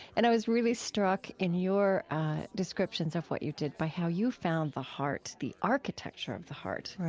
and i was really struck in your descriptions of what you did by how you found the heart, the architecture of the heart,